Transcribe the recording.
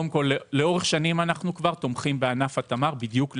לאורך שנים אנחנו תומכים בענף התמר בדיוק לזה,